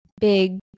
big